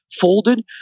folded